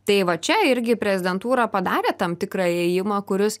tai va čia irgi prezidentūra padarė tam tikrą ėjimą kuris